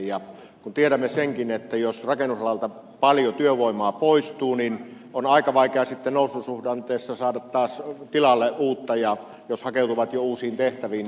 kun tiedämme senkin että jos rakennusalalta paljon työvoimaa poistuu niin on aika vaikea sitten noususuhdanteessa saada taas tilalle uutta jos hakeudutaan jo uusiin tehtäviin